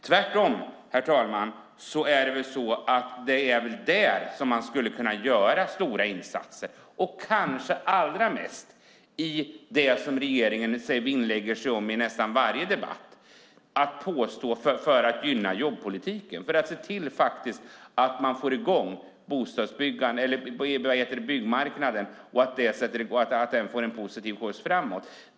Tvärtom, herr talman, är det väl där man skulle kunna göra stora insatser, kanske allra mest för det som regeringen vinnlägger sig om att ta upp i nästan varje debatt, nämligen för att gynna jobbpolitiken, för att se till att man får i gång byggmarknaden och att den får en positiv skjuts framåt.